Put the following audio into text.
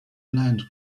land